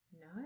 No